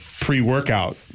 pre-workout